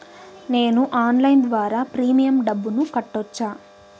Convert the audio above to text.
నేను ఆన్లైన్ ద్వారా ప్రీమియం డబ్బును కట్టొచ్చా?